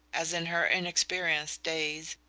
as in her inexperienced days,